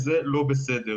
וזה לא בסדר.